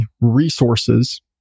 resources